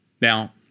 Now